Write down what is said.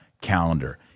calendar